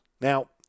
Now